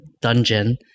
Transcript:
dungeon